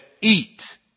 eat